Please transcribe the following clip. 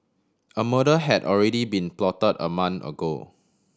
a murder had already been plotted a month ago